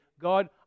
God